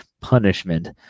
punishment